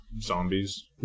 zombies